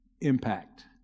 impact